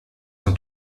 ont